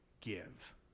give